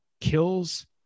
kills